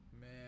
Man